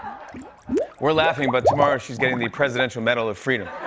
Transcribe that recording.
we're laughing, but tomorrow, she's getting the presidential medal of freedom.